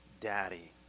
Daddy